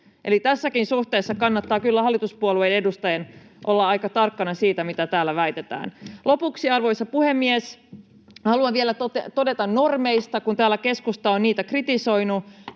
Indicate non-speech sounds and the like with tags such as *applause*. tässäkin suhteessa kannattaa kyllä hallituspuolueiden edustajien olla aika tarkkana siitä, mitä täällä väitetään. Lopuksi, arvoisa puhemies, *noise* haluan vielä todeta normeista, kun täällä keskusta on niitä kritisoinut.